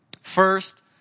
First